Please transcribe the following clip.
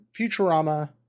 Futurama